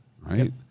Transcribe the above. right